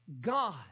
God